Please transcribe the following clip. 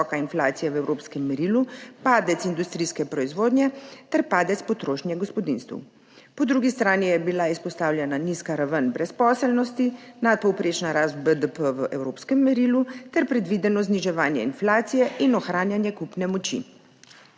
kazalniki, predvsem visoka inflacija v evropskem merilu, padec industrijske proizvodnje ter padec potrošnje gospodinjstev. Po drugi strani je bila izpostavljena nizka raven brezposelnosti, nadpovprečna rast BDP v evropskem merilu ter predvideno zniževanje inflacije in ohranjanje kupne moči.